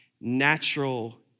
natural